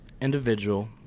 individual